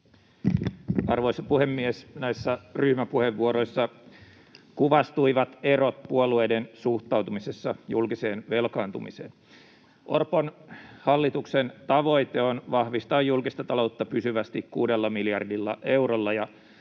Arvoisa puhemies! Näissä ryhmäpuheenvuoroissa kuvastuivat erot puolueiden suhtautumisessa julkiseen velkaantumiseen. Orpon hallituksen tavoite on vahvistaa julkista taloutta pysyvästi kuudella miljardilla eurolla,